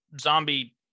zombie